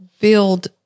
build